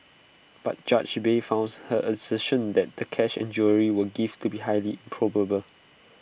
but judge bay her assertion that the cash and jewellery were gifts to be highly improbable